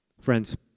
Friends